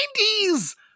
90s